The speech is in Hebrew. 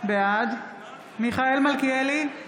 בעד מיכאל מלכיאלי,